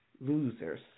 losers